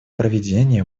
проведения